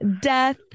death